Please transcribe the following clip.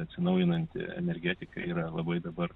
atsinaujinanti energetika yra labai dabar